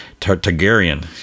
Targaryen